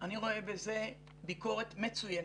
אני רואה בזה ביקורת מצוינת.